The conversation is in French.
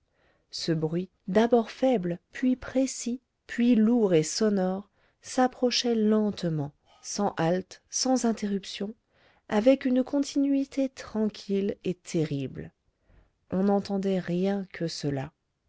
ce bruit d'abord faible puis précis puis lourd et sonore s'approchait lentement sans halte sans interruption avec une continuité tranquille et terrible on n'entendait rien que cela